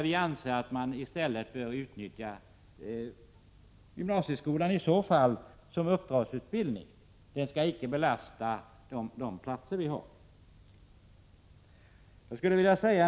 Vi anser att man i stället bör utnyttja gymnasieskolan som uppdragsutbildning. Befintliga platser skall icke belastas.